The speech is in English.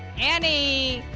and a